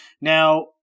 Now